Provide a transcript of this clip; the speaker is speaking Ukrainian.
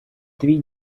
твій